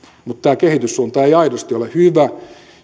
tämä kehityssuunta ei aidosti ole hyvä